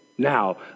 Now